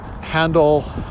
handle